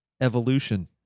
Evolution